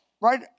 right